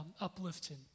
uplifting